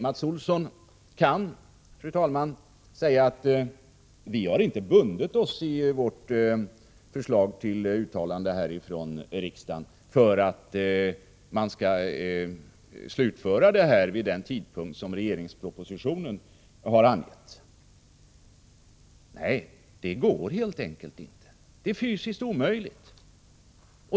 Mats Olsson kan, fru talman, säga att socialdemokraterna inte har bundit sig vid att lagringen skall slutföras vid den tidpunkt som har angetts i regeringens proposition. Nej, det går helt enkelt inte. Det är fysiskt omöjligt.